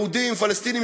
יהודים ופלסטינים,